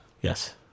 Yes